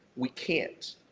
we can't.